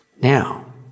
Now